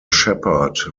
shepherd